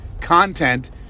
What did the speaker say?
content